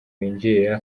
binjirira